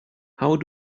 how